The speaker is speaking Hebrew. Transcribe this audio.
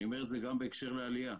ואני אומר את זה גם בהקשר של עלייה: